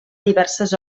diverses